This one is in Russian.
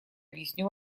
объясню